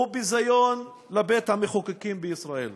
הוא ביזיון לבית-המחוקקים בישראל.